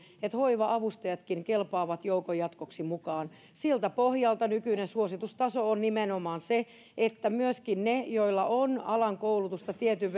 että hoiva avustajatkin kelpaavat joukon jatkoksi mukaan siltä pohjalta nykyinen suositustaso on nimenomaan se että myöskin ne joilla on alan koulutusta tietyn